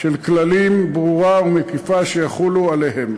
של כללים, ברורה ומקיפה, שתחול עליהם.